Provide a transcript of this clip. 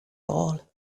all